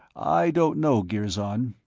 i don't know, girzon,